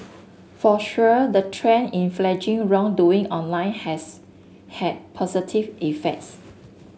for sure the trend in flagging wrongdoing online has had positive effects